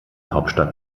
hauptstadt